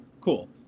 cool